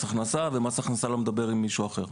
הכנסה ומס הכנסה שלא מדבר עם מישהו אחר.